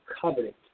covenant